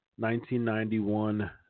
1991